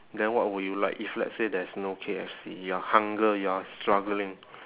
then what will you like if let's say there's no K_F_C you are hunger you are struggling